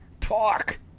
Talk